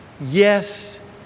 yes